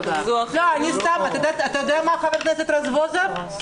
חבר הכנסת רזבוזוב,